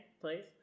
please